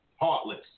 Heartless